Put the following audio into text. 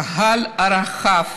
הקהל הרחב